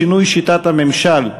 שינוי שיטת הממשל).